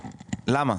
למה?